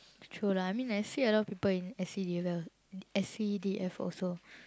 true lah I mean I see a lot of people in S_C_D_F uh S_C_D_F also